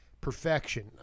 perfection